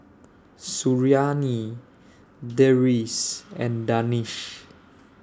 Suriani Deris and Danish